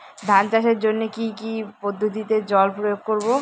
ধান চাষের জন্যে কি কী পদ্ধতিতে জল প্রয়োগ করব?